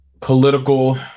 political